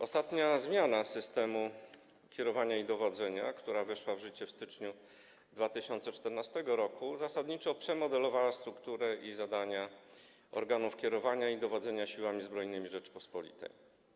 Ostatnia zmiana systemu kierowania i dowodzenia, która weszła w życie w styczniu 2014 r., zasadniczo przemodelowała strukturę i zadania organów kierowania i dowodzenia Siłami Zbrojnymi Rzeczypospolitej.